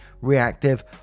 reactive